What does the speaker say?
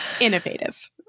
innovative